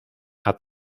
add